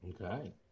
Okay